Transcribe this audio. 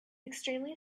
extremely